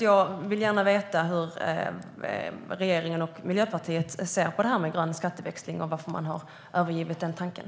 Jag vill gärna veta hur regeringen och Miljöpartiet ser på grön skatteväxling och varför man har övergivit den tanken.